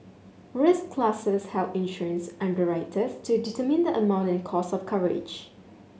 risk classes help insurance underwriters to determine the amount and cost of coverage